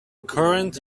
current